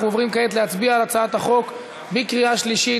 אנחנו עוברים כעת להצביע על הצעת החוק בקריאה שלישית.